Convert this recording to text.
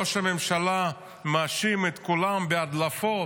ראש הממשלה מאשים את כולם בהדלפות,